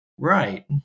Right